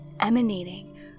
emanating